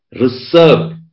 reserved